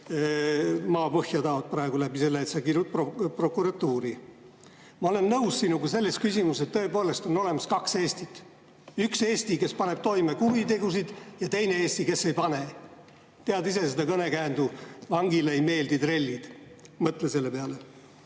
maapõhja taod praegu läbi selle, et sa kirud prokuratuuri. Ma olen nõus sinuga selles küsimuses, et tõepoolest on olemas kaks Eestit. Üks Eesti, kes paneb toime kuritegusid, ja teine Eesti, kes ei pane. Tead ise seda ütlemist, et vangile ei meeldi trellid. Mõtle selle peale!